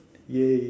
!yay!